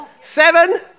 Seven